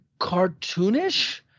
cartoonish